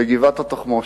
בגבעת-התחמושת.